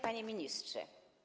Panie Ministrze!